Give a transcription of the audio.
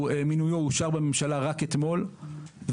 מינויו אושר בממשלה רק אתמול,